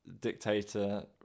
dictator